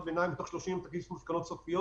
ביניים ותוך 30 יום תגיש מסקנות סופיות.